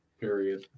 period